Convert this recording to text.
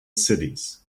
cities